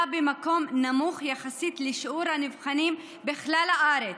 במקום נמוך יחסית לשיעור הנבחנים בכלל הארץ,